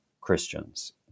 Christians